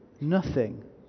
nothing